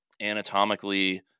anatomically